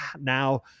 now